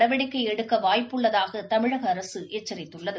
நடவடிக்கை எடுக்க வாய்ப்பு உள்ளதாக தமிழக அரசு எச்சித்துள்ளது